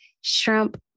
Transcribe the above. shrimp